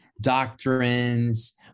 doctrines